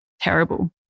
terrible